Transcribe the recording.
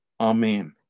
Amen